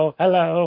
hello